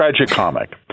tragicomic